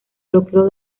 bloqueo